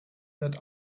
that